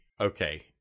okay